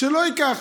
שלא ייקח.